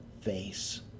Face